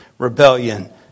rebellion